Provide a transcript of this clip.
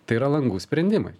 tai yra langų sprendimai